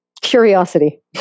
Curiosity